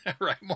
Right